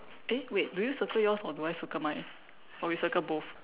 eh wait do you circle yours or do I circle mine or we circle both